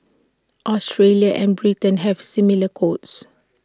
Australia and Britain have similar codes